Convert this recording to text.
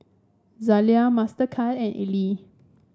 Zalia Mastercard and Elle